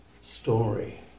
story